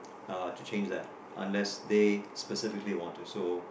uh to change that unless they specifically want to so